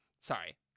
sorry